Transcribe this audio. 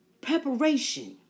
Preparation